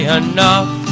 enough